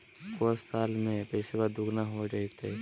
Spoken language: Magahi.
को साल में पैसबा दुगना हो जयते?